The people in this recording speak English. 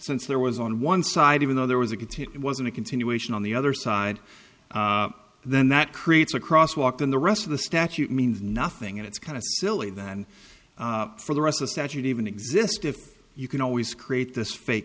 since there was on one side even though there was a kit it wasn't a continuation on the other side then that creates a cross walk in the rest of the statute means nothing and it's kind of silly then for the rest of statute even exist if you can always create this fake